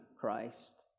Christ